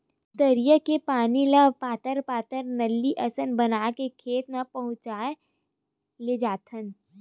तरिया के पानी ल पातर पातर नाली असन बना के खेत म पहुचाए लेजाथन